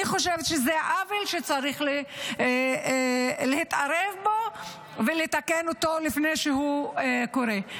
אני חושבת שזה עוול שצריך להתערב בו ולתקן אותו לפני שהוא קורה.